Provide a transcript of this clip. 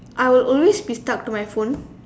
I will always be stuck to my phone